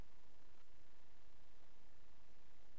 אמרת: ארץ-ישראל